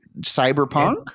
cyberpunk